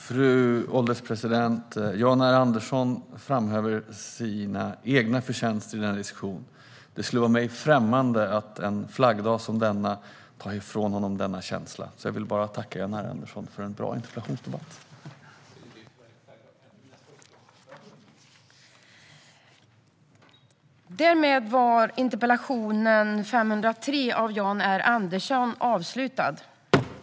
Fru ålderspresident! Jan R Andersson framhåller sina egna förtjänster i diskussionen. Det vore mig främmande att en flaggdag som denna ta ifrån honom denna känsla. Jag vill därför bara tacka honom för en bra interpellationsdebatt.